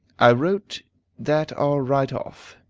i wrote that are right off,